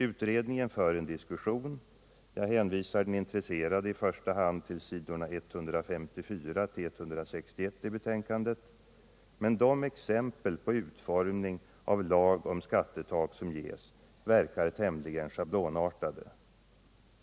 Utredningen för en diskussion — jag hänvisar den intresserade i första hand till s. 154-161 i betänkandet — men de exempel på utformning av lag om skattetak som ges verkar tämligen schablonartade.